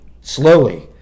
slowly